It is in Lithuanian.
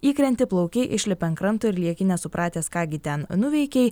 įkrenti plauki išlipa ant kranto ir lieki nesupratęs ką gi ten nuveikei